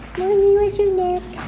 where's your neck?